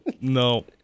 no